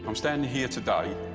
um standing here today,